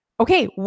Okay